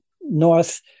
north